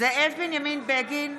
זאב בנימין בגין,